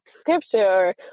scripture